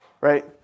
right